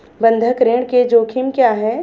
बंधक ऋण के जोखिम क्या हैं?